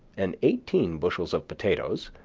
and eighteen bushels of potatoes,